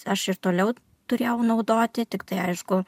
aš ir toliau turėjau naudoti tiktai aišku